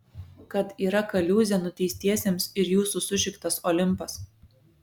kad yra kaliūzė nuteistiesiems ir jūsų sušiktas olimpas